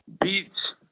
beats